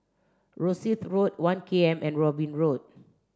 Rosyth Road One K M and Robin Road